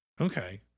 Okay